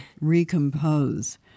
Recompose